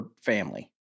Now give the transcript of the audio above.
family